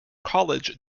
college